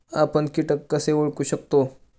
आपण कीटक कसे ओळखू शकतो?